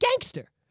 gangster